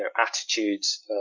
attitudes